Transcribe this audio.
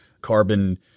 carbon